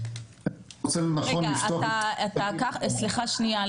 אני מוצא לנכון --- סליחה שנייה,